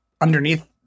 underneath